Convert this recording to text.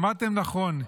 שמעתם נכון,